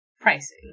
pricing